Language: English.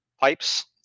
pipes